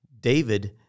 David